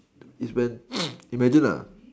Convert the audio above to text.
is when imagine lah